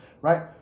Right